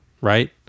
right